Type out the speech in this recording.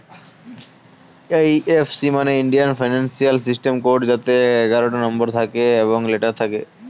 এই F C মানে Indian financial system code যাতে এগারোটা নম্বর এবং লেটার থাকে